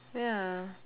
ya